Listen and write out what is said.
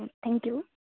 thank you